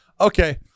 okay